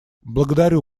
благодарю